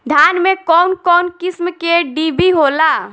धान में कउन कउन किस्म के डिभी होला?